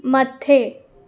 मथे